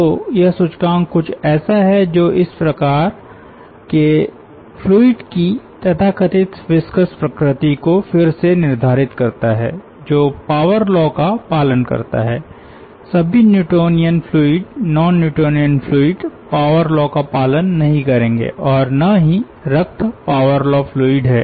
तो यह सूचकांक कुछ ऐसा है जो इस प्रकार के फ्लूइड की तथाकथित विस्कस प्रकृति को फिर से निर्धारित करता है जो पावर लॉ का पालन करता है सभी Newtonian fluid non Newtonian fluid power law का पालन नहीं करेंगे और न ही रक्त पावर लॉ फ्लूइड है